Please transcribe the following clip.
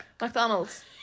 mcdonald's